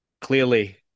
clearly